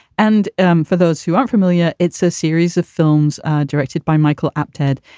and um for those who aren't familiar, it's a series of films directed by michael apted.